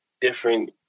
different